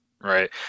Right